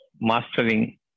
mastering